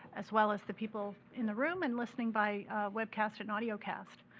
as well as the people in the room, and listening by webcast and audiocast.